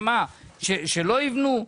שלא יבנו?